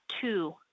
two